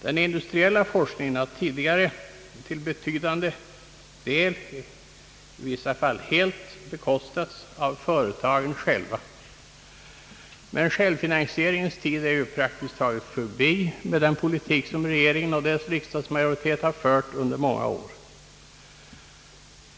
Den industriella forskningen har tidigare till betydande del och i vissa fall helt bekostats av företagen själva. Men självfinansieringens tid är ju praktiskt taget förbi, med den politik som regeringen och dess riksdagsmajoritet har fört under många år.